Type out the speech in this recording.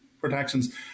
protections